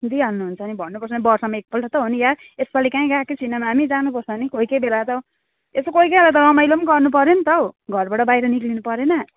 दिइहाल्नु हुन्छ नि भन्नुपर्छ नि बर्षमा एकपल्ट त हो नि यार यसपालि कहीँ गएकै छुइनौँ हामी जानुपर्छ नि कोही कोही बेला त हो यसो कोही कोही बेला त रमाइलो पनि गर्नु पऱ्यो नि त हौ घरबाट बाहिर निक्लिनु परेन